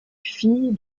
fille